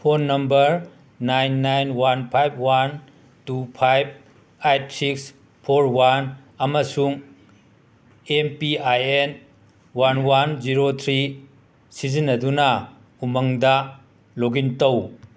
phone number nine nine one five one two five eight six four one ꯑꯃꯁꯨꯡ M P I N one one zero three ꯁꯤꯖꯤꯟꯅꯗꯨꯅ ꯎꯃꯪꯗ login ꯇꯧ